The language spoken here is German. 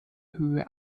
höhe